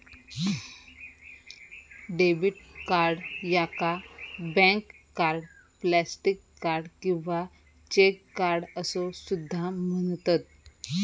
debit card याका bank card, plastic card किंवा cheque card असो सुद्धा म्हणतत